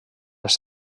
les